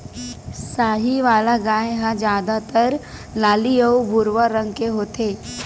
साहीवाल गाय ह जादातर लाली अउ भूरवा रंग के होथे